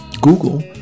Google